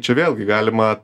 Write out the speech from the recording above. čia vėlgi galima